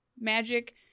magic